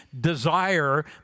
desire